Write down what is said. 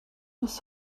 its